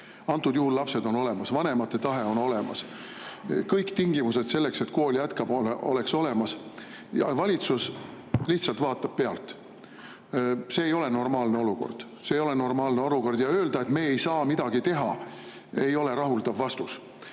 Antud juhul lapsed on olemas, vanemate tahe on olemas, kõik tingimused selleks, et kool jätkaks, on olemas. Valitsus lihtsalt vaatab pealt. See ei ole normaalne olukord. See ei ole normaalne olukord! Öelda, et me ei saa midagi teha, ei ole rahuldav vastus.